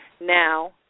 now